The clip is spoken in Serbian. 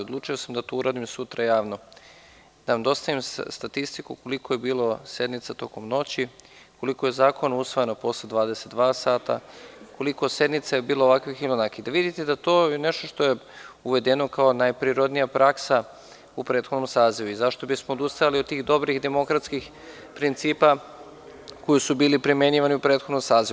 Odlučio sam da to uradim sutra javno, da vam dostavim statistiku koliko je bilo sednica tokom noći, koliko je zakona usvojeno posle 22.00 sata, koliko je bilo ovakvih i onakvih sednica, da vidite da je to nešto što je uvedeno kao najprirodnija praksa u prethodnom sazivu i zašto bismo odustajali od tih dobrih demokratskih principa koji su bili primenjivani u prethodnom sazivu.